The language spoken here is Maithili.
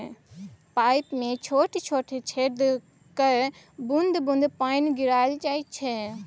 पाइप मे छोट छोट छेद कए बुंद बुंद पानि गिराएल जाइ छै